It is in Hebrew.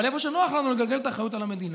אבל איפה שנוח לנו, לגלגל את האחריות על המדינה.